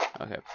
Okay